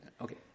Okay